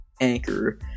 Anchor